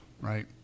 right